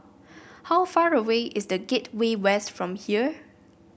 how far away is The Gateway West from here